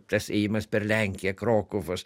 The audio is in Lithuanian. tas ėjimas per lenkiją krokuvos